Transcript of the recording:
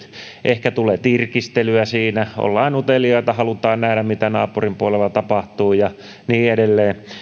ehkä tulee tirkistelyä siinä ollaan uteliaita halutaan nähdä mitä naapurin puolella tapahtuu ja niin edelleen